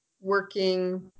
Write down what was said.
working